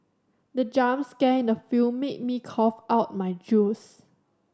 the jump scare in the film made me cough out my juice